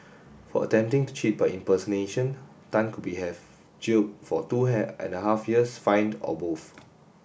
for attempting to cheat by impersonation Tan could be have jailed for two and a half years fined or both